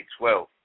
2012